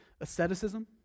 asceticism